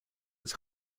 its